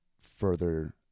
further